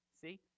See